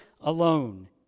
alone